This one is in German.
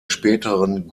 späteren